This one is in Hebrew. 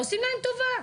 עושים להן טובה.